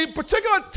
particular